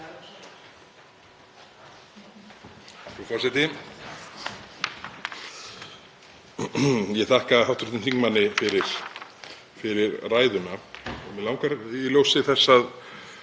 Ég þakka hv. þingmanni fyrir ræðuna. Mig langar, í ljósi þess að